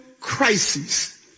crisis